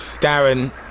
Darren